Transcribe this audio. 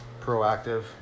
proactive